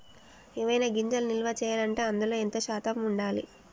ఏవైనా గింజలు నిల్వ చేయాలంటే అందులో ఎంత శాతం ఉండాలి?